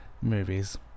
movies